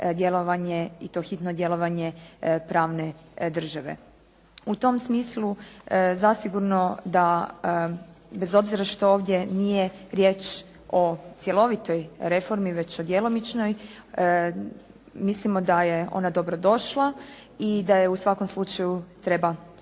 i to hitno djelovanje pravne države. U tom smislu, zasigurno da bez obzira što ovdje nije riječ o cjelovitoj reformi, već o djelomičnoj mislimo da je ona dobrodošla i da je u svakom slučaju treba